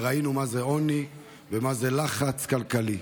ראינו מה זה עוני ומה זה לחץ כלכלי.